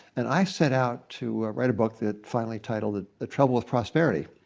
and i set out to write a book that finally titled it the trouble with prosperity.